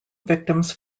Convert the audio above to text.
victims